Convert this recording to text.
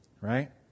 right